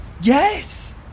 yes